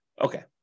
Okay